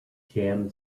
jam